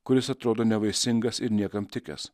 kuris atrodo nevaisingas ir niekam tikęs